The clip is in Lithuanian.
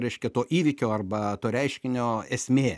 reiškia to įvykio arba to reiškinio esmė